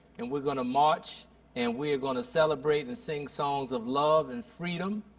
and we are going to march and we are going to celebrate and sing songs of love and freedom.